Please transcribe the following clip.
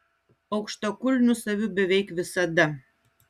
aukštakulnius aviu beveik visada